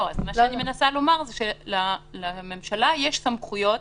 לא, מה שאני מנסה לומר זה שלממשלה יש סמכויות